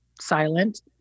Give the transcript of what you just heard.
silent